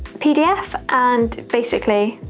pdf and basically,